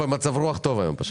במצב רוח טוב היום.